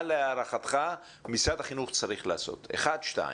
מה להערכתך משרד החינוך צריך לעשות אחד, שתיים.